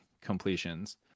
completions